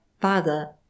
father